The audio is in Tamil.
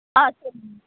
ஆ சரிங்க